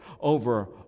over